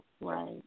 Right